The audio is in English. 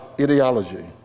ideology